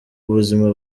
buzima